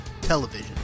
television